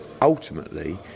ultimately